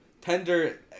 Tender